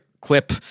clip